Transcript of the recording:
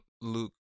Luke